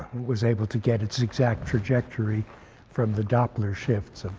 was able to get its exact trajectory from the doppler shifts. ah